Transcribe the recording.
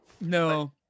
No